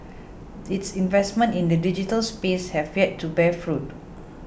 its investments in the digital space have yet to bear fruit